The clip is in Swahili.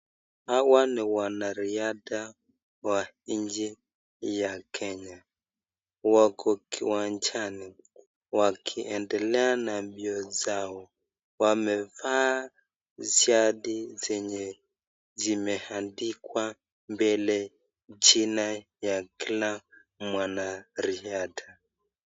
Hawa ni wanariadha wa nchi ya Kenya. Wako kiwanjani, wakiendelea na mbio zao. Wamevaa shati zilizoandikwa mbele jina la kila mwanariadha.